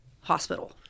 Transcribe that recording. hospital